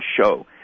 show